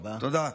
תודה.